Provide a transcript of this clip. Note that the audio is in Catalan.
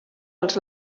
als